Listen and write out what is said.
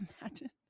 imagine